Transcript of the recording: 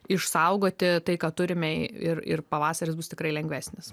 išsaugoti tai ką turime ir ir pavasaris bus tikrai lengvesnis